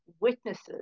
witnesses